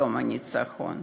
יום הניצחון".